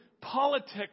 politics